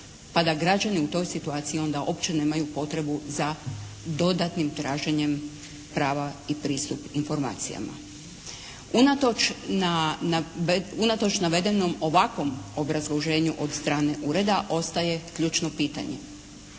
pa da građani u toj situaciji onda uopće nemaju potrebu za dodatnim traženjem prava i pristup informacijama. Unatoč navedenom ovakvom obrazloženju od strane ureda ostaje ključno pitanje.